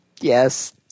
Yes